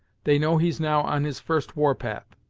they know he's now on his first war path.